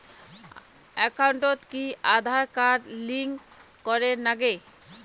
একাউন্টত কি Aadhaar card link করের নাগে?